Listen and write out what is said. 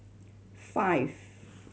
five